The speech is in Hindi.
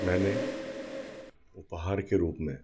मैंने उपहार के रूप में